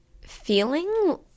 feeling